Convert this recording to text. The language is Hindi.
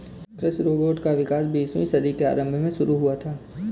कृषि रोबोट का विकास बीसवीं सदी के आरंभ में शुरू हुआ था